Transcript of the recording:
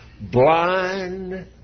blind